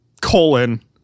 colon